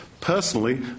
Personally